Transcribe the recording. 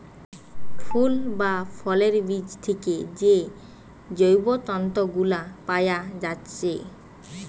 ফুল বা ফলের বীজ থিকে যে জৈব তন্তু গুলা পায়া যাচ্ছে